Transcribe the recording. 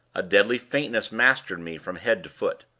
a deadly faintness mastered me from head to foot.